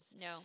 no